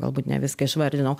galbūt ne viską išvardinau